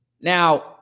Now